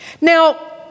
Now